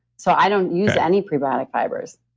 so i don't use any prebiotic fibers,